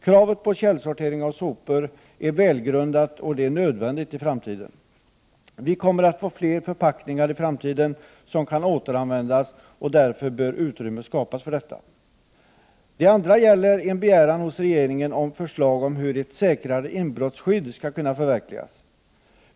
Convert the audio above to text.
Kravet på källsortering av sopor är välgrundat och nödvändigt inför framtiden. Vi kommer att få fler förpackningar i framtiden som kan återanvändas, och därför bör utrymme skapas för detta. Den andra gäller en begäran hos regeringen om förslag om hur ett säkrare inbrottsskydd skall kunna förverkligas.